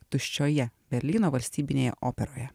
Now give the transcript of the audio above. tuščioje berlyno valstybinėje operoje